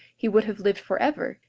he would have lived forever,